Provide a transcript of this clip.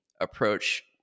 approach